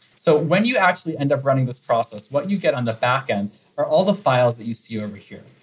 so when you actually end up running this process, what you get on the backend are all the files that you see over here.